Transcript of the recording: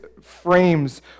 frames